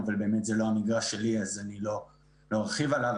זה לא המגרש שלי ולכן לא ארחיב עליו.